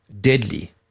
deadly